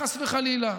חס וחלילה,